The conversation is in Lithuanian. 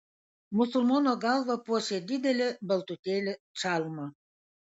musulmono galvą puošė didelė baltutėlė čalma